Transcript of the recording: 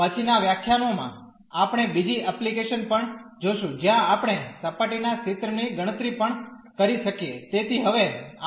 પછીના વ્યાખ્યાનોમાં આપણે બીજી એપ્લિકેશન પણ જોશું જ્યાં આપણે સપાટીના ક્ષેત્રની ગણતરી પણ કરી શકીએ